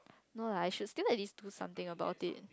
no lah I should still at least do something about it